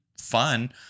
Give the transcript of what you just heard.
fun